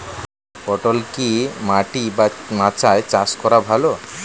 পটল কি মাটি বা মাচায় চাষ করা ভালো?